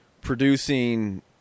producing